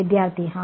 വിദ്യാർത്ഥി ഹാ